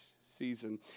season